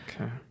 Okay